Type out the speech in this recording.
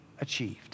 achieved